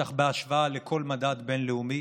בטח בהשוואה לכל מדד בין-לאומי.